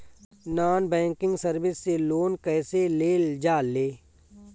Non banking service से loan कैसे लेल जा ले?